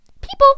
People